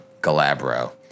Galabro